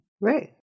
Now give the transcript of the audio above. Right